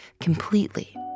completely